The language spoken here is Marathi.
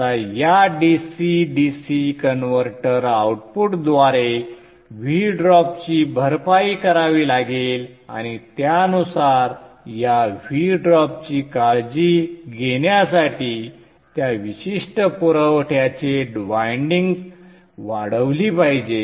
आता या dc dc कन्व्हर्टर आउटपुटद्वारे V ड्रॉपची भरपाई करावी लागेल आणि त्यानुसार या V ड्रॉपची काळजी घेण्यासाठी त्या विशिष्ट पुरवठ्याचे वायंडिंग्ज वाढवली पाहिजे